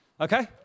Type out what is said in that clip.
Okay